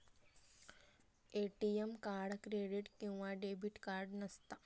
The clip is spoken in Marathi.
ए.टी.एम कार्ड क्रेडीट किंवा डेबिट कार्ड नसता